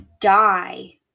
Die